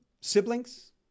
Siblings